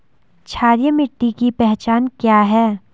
क्षारीय मिट्टी की पहचान क्या है?